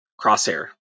crosshair